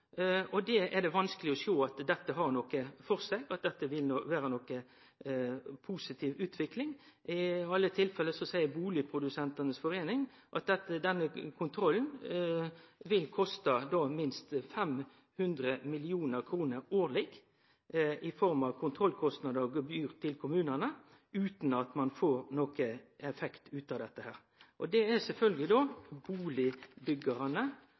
Det er det vanskeleg å sjå at har noko for seg, at dette vil vere ei positiv utvikling. I alle tilfelle seier Boligprodusentenes Forening at denne kontrollen vil koste minst 500 mill. kr årleg i form av kontrollkostnadar og gebyr til kommunane, utan at ein får nokon effekt ut av dette. Det er sjølvsagt bustadbyggjarane som er